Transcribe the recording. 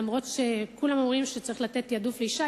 אף-על-פי שכולם אומרים שצריך לתת תעדוף לאשה,